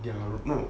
their no